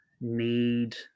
need